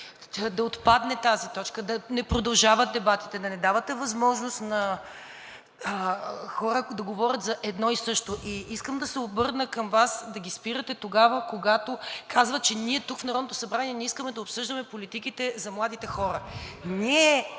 да отпадне тази точка, да не продължавате дебатите, да не давате възможност на хора да говорят за едно и също. Искам да се обърна към Вас да ги спирате тогава, когато казват, че ние тук в Народното събрание не искаме да обсъждаме политиките за младите хора. (Шум